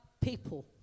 people